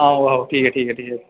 आहो आहो ठीक ऐ ठीक ऐ ठीक ऐ